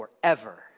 forever